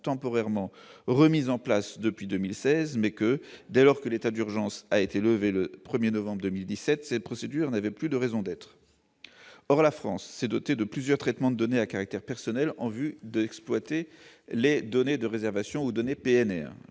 temporairement remises en place depuis 2016 ; dès lors que l'état d'urgence a été levé le 1 novembre 2017, ces procédures n'auraient plus de raison d'être. Or la France s'est dotée de plusieurs traitements de données à caractère personnel en vue d'exploiter les données relatives aux